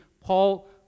Paul